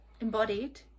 embodied